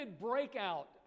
breakout